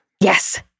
Yes